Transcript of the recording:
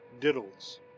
diddles